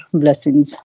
blessings